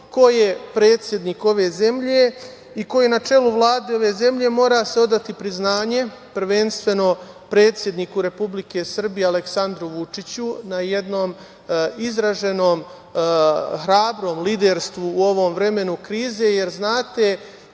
ko je predsednik ove zemlje i koji je na čelu Vlade ove zemlje, mora se odati priznanje prvenstveno predsedniku Republike Srbije, Aleksandru Vučiću na jednom izraženom hrabrom liderstvu u ovom vremenu krize, jer znate